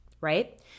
right